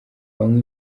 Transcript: banywa